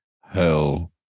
hell